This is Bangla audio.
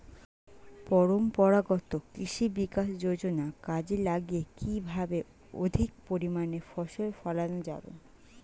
পরম্পরাগত কৃষি বিকাশ যোজনা কাজে লাগিয়ে কিভাবে অধিক পরিমাণে ফসল ফলানো যাবে?